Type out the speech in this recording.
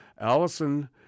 Allison